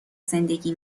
زندگی